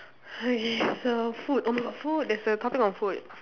!hais! it's err food oh my god food there's a topic on food